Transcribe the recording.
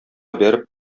бәреп